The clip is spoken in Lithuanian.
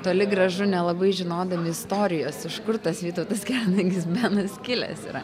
toli gražu nelabai žinodami istorijos iš kur tas vytautas kernagis benas kilęs yra